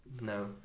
No